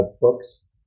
books